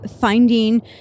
finding